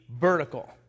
vertical